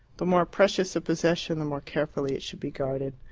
the more precious a possession the more carefully it should be guarded.